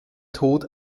tod